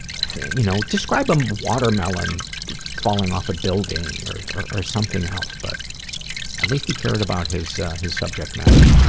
thing you know, describe a um watermelon falling off a building or or something else, but at least he cared about his his subject matter.